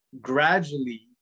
gradually